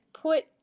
put